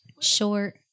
Short